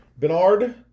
Bernard